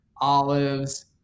olives